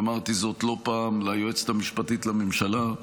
ואמרתי זאת לא פעם ליועצת המשפטית לממשלה,